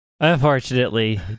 Unfortunately